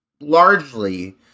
largely